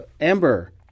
Amber